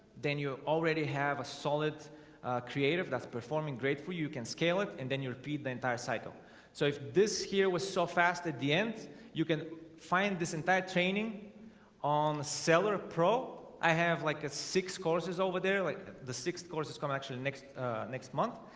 then you already have a solid creative that's performing great for you can scale it and then you repeat the entire cycle so if this here was so fast at the end you can find this entire training on a seller pro. i have like a six courses over there like the sixth courses come actually next next month